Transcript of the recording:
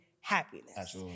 happiness